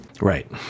Right